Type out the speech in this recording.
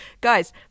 Guys